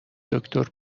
دکتر